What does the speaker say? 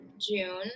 June